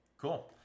Cool